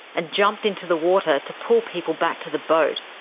and jumped into the water to pull people back to the boat.